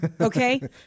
Okay